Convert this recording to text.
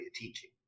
teaching